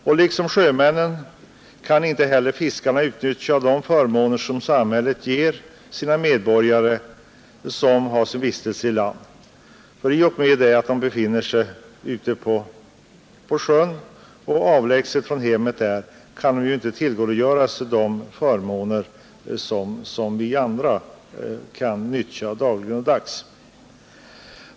Lika litet som sjömännen kan fiskarna — i och med att de befinner sig ute på sjön, avlägset från hemmet — utnyttja de förmåner från samhället som vi andra medborgare, som har vår vistelse i land, dagligdags kan tillgodogöra oss.